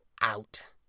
out